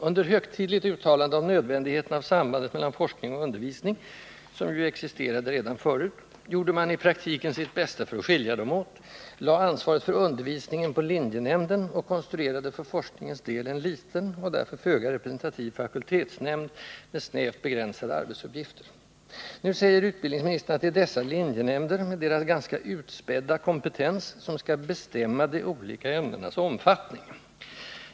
Under högtidligt uttalande om nödvändigheten av sambandet mellan forskning och undervisning — som ju existerade redan förut — gjorde man i praktiken sitt bästa för att skilja dem åt: lade ansvaret för undervisningen på linjenämnden och konstruerade för forskningens del en liten, och därför föga representativ, fakultetshämnd med snävt begränsade arbetsuppgifter. Nu säger utbildningsministern att det är dessa linjenämnder, med deras ganska utspädda kompetens, som skall bestämma de olika ämnenas omfattning.